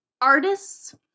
artists